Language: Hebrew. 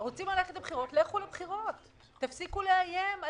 את